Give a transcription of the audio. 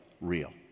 real